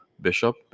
bishop